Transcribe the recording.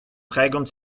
tregont